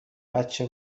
بچه